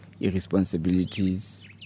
irresponsibilities